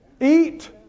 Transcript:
Eat